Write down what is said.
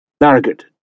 Margaret